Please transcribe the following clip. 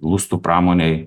lustų pramonėj